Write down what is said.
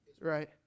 right